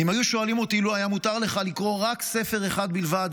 אם היו שואלים אותי: לו היה מותר לך לקרוא רק ספר אחד בלבד,